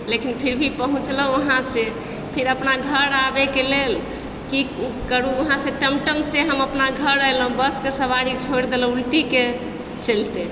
लेकिन फिर भी पहुँचलहुँ उहाँसे अपना घर आबैके लेल कि करु उहाँसे टमटमसँ हम अपना घर एलहुँ बसके सवारी छोड़ि देलहुँ उल्टीके चलतै